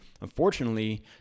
unfortunately